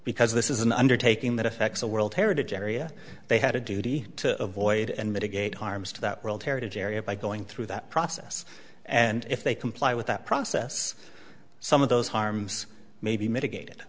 because this is an undertaking that affects a world heritage area they had a duty to avoid and mitigate harms to that world heritage area by going through that process and if they comply with that process some of those harms may be mitigated